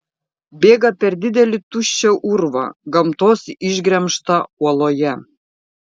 bėga per didelį tuščią urvą gamtos išgremžtą uoloje